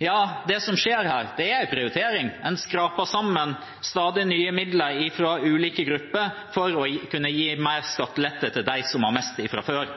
Ja, det som skjer her, er en prioritering. En skraper sammen stadig nye midler fra ulike grupper for å kunne gi mer skattelette til dem som har mest fra før.